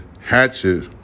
hatchet